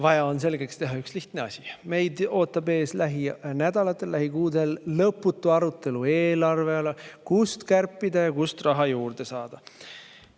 Vaja on selgeks teha üks lihtne asi. Meid ootab lähinädalatel, lähikuudel ees lõputu arutelu eelarve üle: kust kärpida ja kust raha juurde saada?